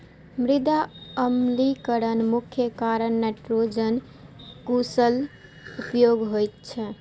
मृदा अम्लीकरणक मुख्य कारण नाइट्रोजनक अकुशल उपयोग होइ छै